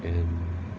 anne